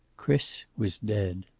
chris was dead.